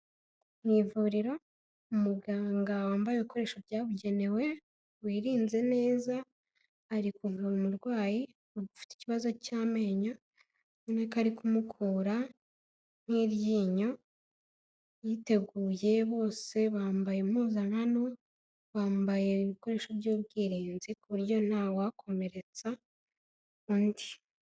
Mu ivuriro umuganga wambaye ibikoresho byabugenewe wirinze neza, ari kuvura umurwayi ufite ikibazo cy'amenyo, ubona ko ari kumukura nk'iryinyo, yiteguye, bose bambaye impuzankano, bambaye ibikoresho by'ubwirinzi ku buryo ntawakomeretsa undi.